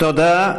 תודה.